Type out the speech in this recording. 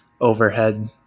overhead